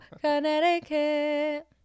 Connecticut